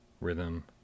rhythm